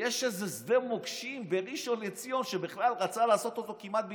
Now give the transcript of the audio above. יש איזה שדה מוקשים בראשון לציון שהוא רצה לעשות אותו כמעט בהתנדבות.